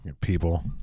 People